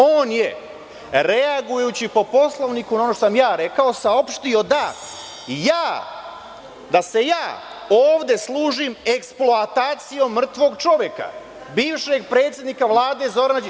On je, reagujući po Poslovniku na ono što sam ja rekao, saopštio da se ja ovde služim eksploatacijom mrtvog čoveka, bivšeg predsednika Vlade Zorana Đinđića.